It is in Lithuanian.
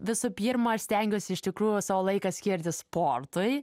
visų pirma aš stengiuosi iš tikrųjų savo laiką skirti sportui